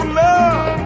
love